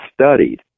studied